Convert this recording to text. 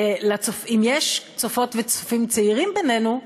אם יש צופות וצופים צעירים בינינו,